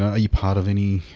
ah you part of any?